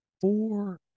four